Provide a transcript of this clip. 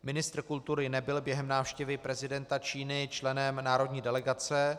Ministr kultury nebyl během návštěvy prezidenta Číny členem národní delegace.